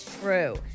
True